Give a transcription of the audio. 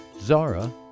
Zara